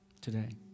today